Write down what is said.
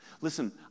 Listen